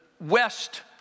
west